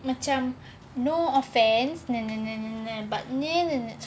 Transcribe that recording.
macam no offence na na na na na but ne na na na